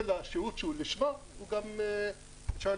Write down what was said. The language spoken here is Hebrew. הנקודה הראשונה